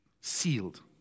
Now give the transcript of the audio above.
Sealed